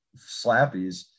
slappies